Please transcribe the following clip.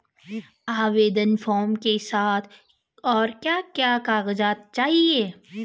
आवेदन फार्म के साथ और क्या क्या कागज़ात चाहिए?